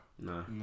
No